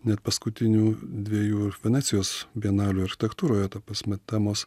net paskutinių dviejų ir venecijos bienalių architektūroje ta prasme temos